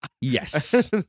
Yes